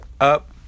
up